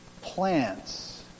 plants